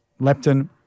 leptin